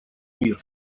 мир